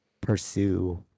pursue